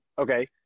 Okay